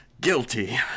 guilty